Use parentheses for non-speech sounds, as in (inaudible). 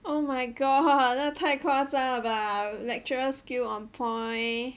oh my god (laughs) 太夸张了吧 lecturer skill on point